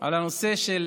על הנושא של